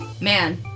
Man